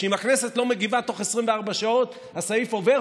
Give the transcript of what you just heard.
שאם הכנסת לא מגיבה תוך 24 שעות הסעיף עובר,